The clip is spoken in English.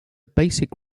basic